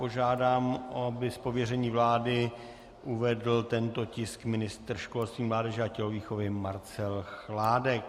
Požádám, aby z pověření vlády uvedl tento tisk ministr školství, mládeže a tělovýchovy Marcel Chládek.